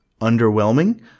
underwhelming